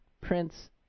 Prince